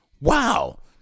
wow